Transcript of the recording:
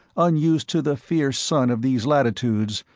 un-used to the fierce sun of these latitudes,